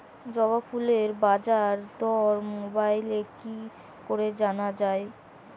জবা ফুলের বাজার দর মোবাইলে কি করে জানা যায়?